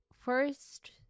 first